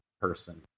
person